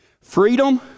Freedom